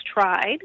tried